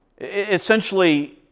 essentially